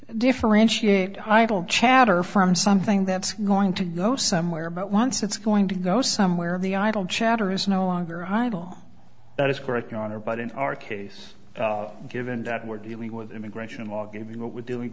differentiate idle chatter from something that's going to go somewhere but once it's going to go somewhere the idle chatter is no longer idle that is correct your honor but in our case given that we're dealing with immigration law given what we're doing